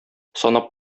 санап